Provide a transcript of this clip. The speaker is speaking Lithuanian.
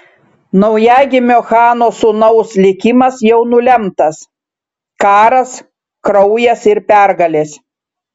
naujagimio chano sūnaus likimas jau nulemtas karas kraujas ir pergalės